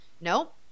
nope